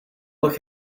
look